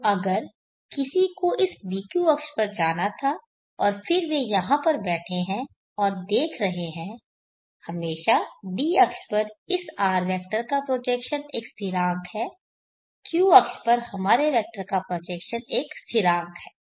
तो अगर किसी को इस d q अक्ष पर जाना था और फिर वे यहां पर बैठे हैं और देख रहे हैं हमेशा d अक्ष पर इस R वेक्टर का प्रोजेक्शन एक स्थिरांक है q अक्ष पर हमारे वेक्टर का प्रोजेक्शन एक स्थिरांक है